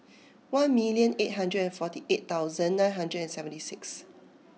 one million eight hundred and forty eight thousand nine hundred and seventy six